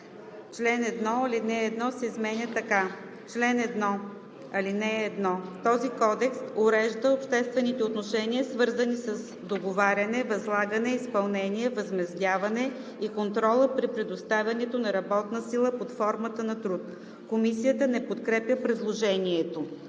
Чл. 1, ал. 1, се изменя така: „Чл. 1. (1) Този кодекс урежда обществените отношения, свързани с договаряне, възлагане, изпълнение, възмездяване и контрола при предоставянето на работна сила под формата на труд.“ Комисията не подкрепя предложението.